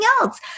else